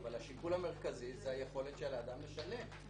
אבל השיקול המרכזי זה היכולת של האדם לשלם.